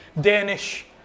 Danish